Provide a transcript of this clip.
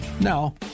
Now